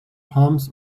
palms